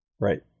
Right